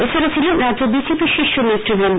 এছাডা ছিলেন রাজ্য বি জে পির শীর্ষ নেতৃবৃন্দ